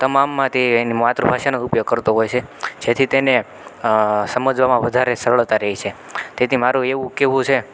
તમામમાં તે એની માતૃભાષાનો જ ઉપયોગ કરતો હોય છે જેથી તેને સમજવામાં વધારે સરળતા રહેશે તેથી મારું એવું કહેવું છે